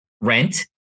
rent